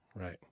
Right